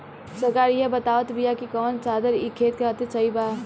सरकार इहे बतावत बिआ कि कवन खादर ई खेत खातिर सही बा